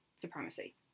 supremacy